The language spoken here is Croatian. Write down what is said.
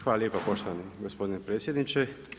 Hvala lijepo poštovani gospodine predsjedniče.